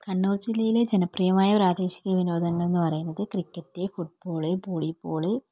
കണ്ണൂർ ജില്ലയിലെ ജനപ്രിയമായ പ്രാദേശിക വിനോദങ്ങൾന്ന് പറയുന്നത് cricket football volley ball